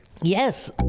Yes